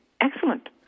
excellent